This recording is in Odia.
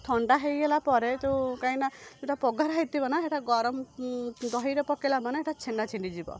ଥଣ୍ଡା ହେଇଗଲା ପରେ ଯେଉଁ କାହିଁକିନା ସେଟା ପଘରା ହେଇଥିବ ନା ସେଟା ଗରମ ଦହିରେ ପକାଇଲା ମାନେ ସେଇଟା ଛେନା ଛିଣ୍ଡିଯିବ